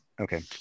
Okay